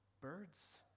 bird's